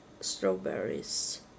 strawberries